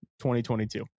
2022